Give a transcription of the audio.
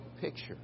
picture